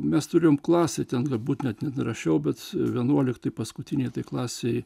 mes turėjom klasę ten galbūt net nedarašiau bet vienuoliktoj paskutinėj klasėj